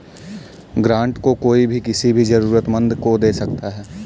grant को कोई भी किसी भी जरूरतमन्द को दे सकता है